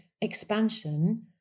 expansion